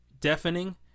deafening